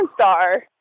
star